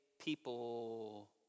people